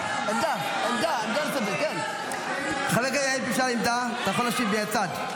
אתה יכול להשיב מהצד,